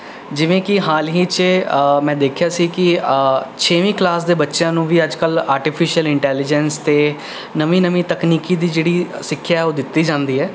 ਜਿਵੇਂ ਕਿ ਹਾਲ ਹੀ 'ਚ ਮੈਂ ਦੇਖਿਆ ਸੀ ਕਿ ਛੇਵੀਂ ਕਲਾਸ ਦੇ ਬੱਚਿਆਂ ਨੂੰ ਵੀ ਅੱਜ ਕੱਲ ਆਰਟੀਫਿਸ਼ਅਲ ਇੰਟੈਲੀਜੈਂਸ ਤੇ ਨਵੀਂ ਨਵੀਂ ਤਕਨੀਕੀ ਦੀ ਜਿਹੜੀ ਸਿੱਖਿਆ ਉਹ ਦਿੱਤੀ ਜਾਂਦੀ ਹੈ